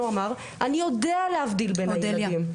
אמר: "אני יודע להבדיל בין הילדים".